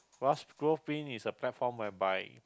because is a platform whereby